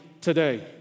today